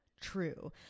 true